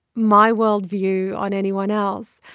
my worldview on anyone else.